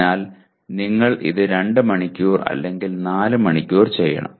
അതിനാൽ നിങ്ങൾ ഇത് 2 മണിക്കൂർ അല്ലെങ്കിൽ 4 മണിക്കൂർ ചെയ്യണം